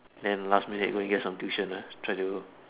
then last minute go and get some tuition lah try to